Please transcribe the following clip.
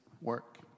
work